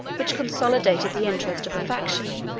which consolidated the interest of a faction,